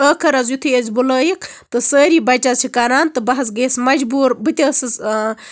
ٲخٔر حظ یِتھُے أسۍ بُلٲوِکھ تہٕ سٲری بَچہٕ حظ چھِ کران تہٕ بہٕ حظ گٔیَس مَجبوٗر بہٕ تہِ ٲسٕس